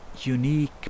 unique